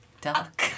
duck